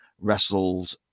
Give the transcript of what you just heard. wrestled